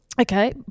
Okay